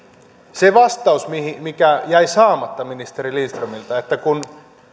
se vastaus mikä jäi saamatta ministeri lindströmiltä